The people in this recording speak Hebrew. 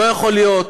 לא יכול להיות